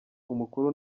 umukuru